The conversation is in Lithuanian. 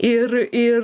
ir ir